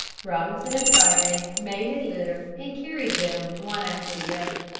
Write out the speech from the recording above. robinson and friday made a litter and carried them one after the other.